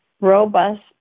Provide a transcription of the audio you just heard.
robust